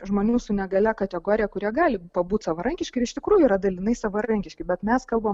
žmonių su negalia kategorija kurie gali pabūt savarankiški ir iš tikrųjų yra dalinai savarankiški bet mes kalbam